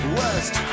west